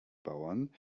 bauern